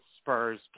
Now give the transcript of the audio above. Spurs